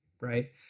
right